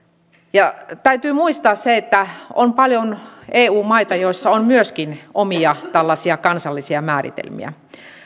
täytyy muistaa se että on paljon eu maita joissa myöskin on tällaisia omia kansallisia määritelmiä